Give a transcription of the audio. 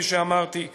כפי שאמרתי,